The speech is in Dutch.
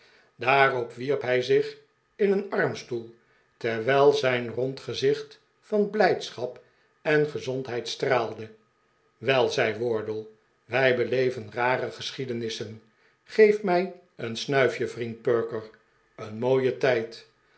daarop wierp hij zich in een armstoel terwijl zijn rond gezicht van blijdschap en gezondheid straalde wel zei wardle wij beleven rare geschiedenissen geef mij een snuifje vriend perker een mooie tijd